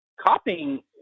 copying